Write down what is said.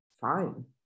fine